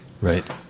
Right